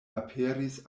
aperis